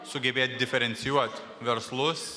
sugebėt diferencijuot verslus